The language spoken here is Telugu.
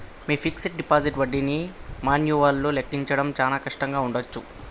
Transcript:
మీ ఫిక్స్డ్ డిపాజిట్ వడ్డీని మాన్యువల్గా లెక్కించడం చాలా కష్టంగా ఉండచ్చు